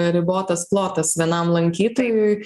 ribotas plotas vienam lankytojui